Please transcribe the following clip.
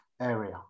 area